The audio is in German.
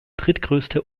drittgrößte